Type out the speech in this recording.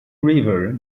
river